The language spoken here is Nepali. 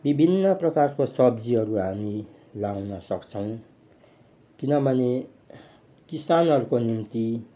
विभिन्न प्रकारको सब्जीहरू हामी लाउन सक्छौँ किनभने किसानहरूको निम्ति